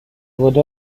بدو